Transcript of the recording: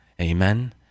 Amen